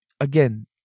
Again